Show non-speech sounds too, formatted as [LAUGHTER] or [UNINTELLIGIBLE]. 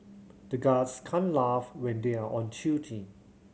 the guards can't laugh when they are on [UNINTELLIGIBLE]